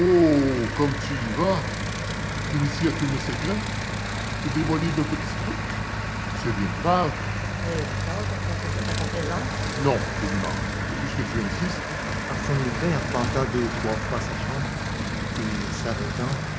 comme vous y allez vous initier à tous mes secrets vous dévoiler mes petits trucs c'est bien grave ai-je eu tort de compter sur votre complaisance non ganimard et puisque vous insistez arsène lupin arpenta deux ou trois fois sa chambre puis s'arrêtant